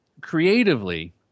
creatively